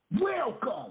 Welcome